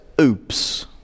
oops